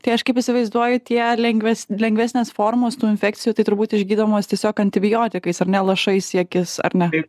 tai aš kaip įsivaizduoju tie lengves lengvesnės formos tų infekcijų tai turbūt išgydomos tiesiog antibiotikais ar ne lašais į akis ar ne